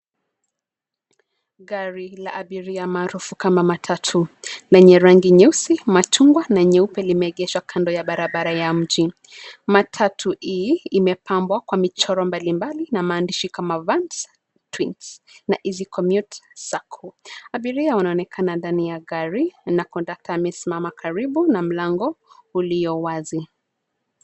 Gari la abiria maarufu kama matatu na yenye rangi nyeusi, machungwa na nyeupe limeegeshwa kando ya barabara ya mji. Matatu hii imepamba kwa michoro mbalimbali na maandishi kama (cs) Vans Twins (cs) na (cs) Easy Commute Sacco (cs). Abiria wanaonekana ndani ya gari na kondakta amesimama karibu na mlango ulio wazi.